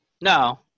No